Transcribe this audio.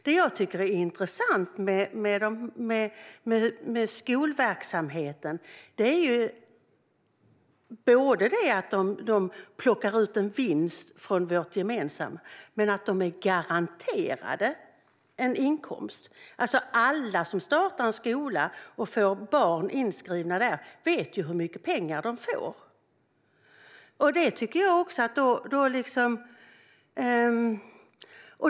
Det jag tycker är intressant med skolverksamheten är att man både plockar ut en vinst från vårt gemensamma och är garanterad en inkomst. Alla som startar en skola och som får barn inskrivna där vet hur mycket pengar de får.